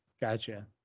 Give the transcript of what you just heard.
Gotcha